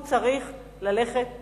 הוא צריך ללכת הביתה.